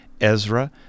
Ezra